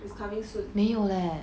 is coming soon